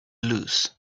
lose